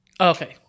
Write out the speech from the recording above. Okay